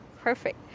perfect